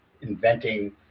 inventing